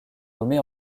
nommée